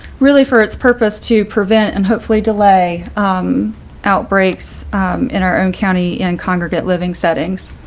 really for its purpose to prevent and hopefully delay outbreaks in our own county and congregate living settings.